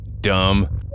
Dumb